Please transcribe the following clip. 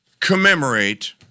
commemorate